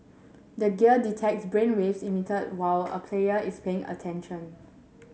the gear detects brainwaves emitted while a player is paying attention